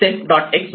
x व self